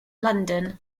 london